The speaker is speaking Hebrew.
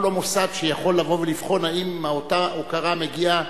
אנחנו לא מוסד שיכול לבוא ולבחון אם אותה הוקרה מגיעה.